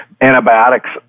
antibiotics